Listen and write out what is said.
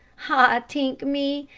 ah t'ink me,